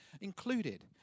included